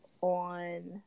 on